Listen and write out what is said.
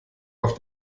auf